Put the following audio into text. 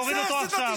להוריד אותו עכשיו.